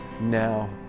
now